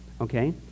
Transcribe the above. Okay